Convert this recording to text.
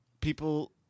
People